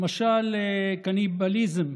למשל קניבליזם,